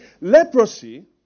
leprosy